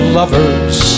lovers